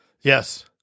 Yes